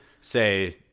say